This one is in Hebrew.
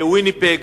נגד,